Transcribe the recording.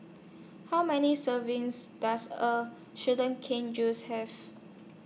How Many servings Does A Sugar Cane Juice Have